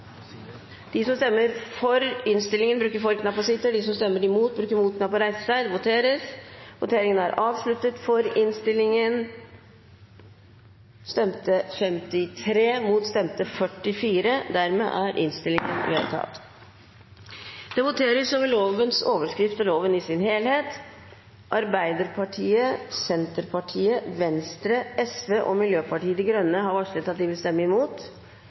De Grønne har varslet støtte til forslagene. Arbeiderpartiet, Senterpartiet, Venstre, Sosialistisk Venstreparti og Miljøpartiet De Grønne har varslet at de vil stemme imot. Det voteres over lovens overskrift og loven i sin helhet. Arbeiderpartiet, Senterpartiet, Venstre, Sosialistisk Venstreparti og Miljøpartiet De Grønne har varslet at de vil stemme imot.